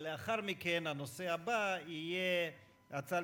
אבל לאחר מכן הנושא הבא יהיה הצעה